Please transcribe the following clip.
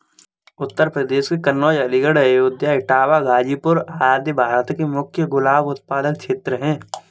उत्तर प्रदेश के कन्नोज, अलीगढ़, अयोध्या, इटावा, गाजीपुर आदि भारत के मुख्य गुलाब उत्पादक क्षेत्र हैं